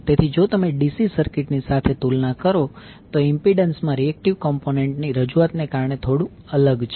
તેથી જો તમે DC સર્કિટ ની સાથે તુલના કરો તો તે ઇમ્પિડન્સ માં રિએક્ટિવ કોમ્પોનન્ટ ની રજૂઆતને કારણે થોડું અલગ છે